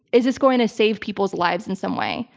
is this going to save people's lives in some way?